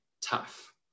tough